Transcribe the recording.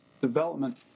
development